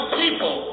people